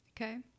okay